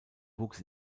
wuchs